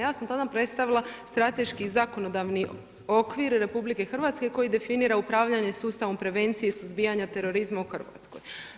Ja sam tada predstavila strateški zakonodavni okvir RH, koji definira upravljanje sustavom prevencije i suzbijanje terorizma u Hrvatskoj.